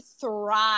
thrive